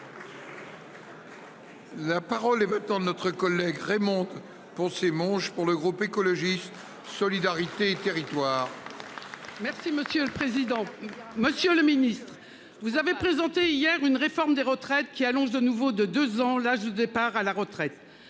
La parole émeutes en de notre collègue Raymond pour ses manches pour le groupe écologiste solidarité et territoires. Merci monsieur le président, Monsieur le Ministre, vous avez présenté hier une réforme des retraites qui allonge de nouveau de 2 ans l'âge de départ à la retraite.